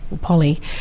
Polly